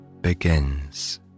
begins